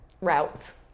routes